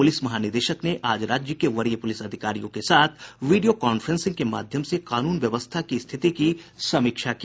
police महानिदेशक ने आज राज्य के वरीय पुलिस अधिकारियों के साथ वीडियो कांफ्रोंसिंग के माध्यम से कानून व्यवस्था की स्थिति की समीक्षा की